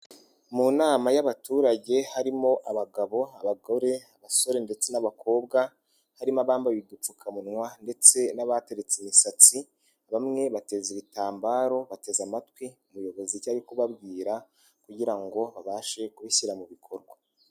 Mu nama y'abaturage harimo abagabo abagore, abasore ndetse n'abakobwa, harimo abambaye udupfukamunwa ndetse n'abateretse imisatsi, bamwe bateze ibitambaro, bateze amatwi umuyobozi ibyo ari kubabwir,a kugira ngo babashe kubishyira mu bikorwa.